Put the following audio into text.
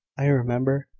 i remember,